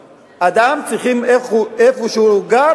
לאדם, כולל ציון המקום שהוא נמצא